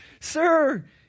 sir